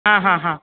હા હા હા